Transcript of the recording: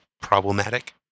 problematic